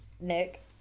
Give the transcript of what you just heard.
Nick